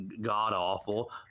god-awful